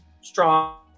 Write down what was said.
strong